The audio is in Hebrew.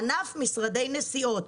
ענף משרדי נסיעות,